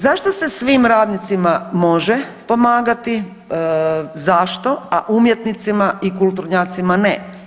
Zašto se svim radnicima može pomagati, zašto, a umjetnicima i kulturnjacima ne?